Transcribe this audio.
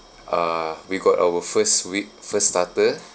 uh we got our first with first starter